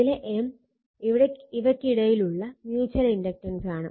ഇതിലെ M ഇവയ്ക്കിടയിലുള്ള mutual ഇൻഡക്റ്റൻസാണ്